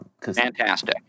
Fantastic